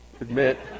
admit